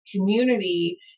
community